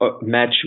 match